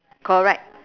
correct